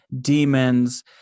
demons